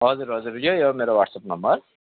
हजुर हजुर यही हो मेरो वाट्सएप नम्बर